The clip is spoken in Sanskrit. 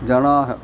जनाः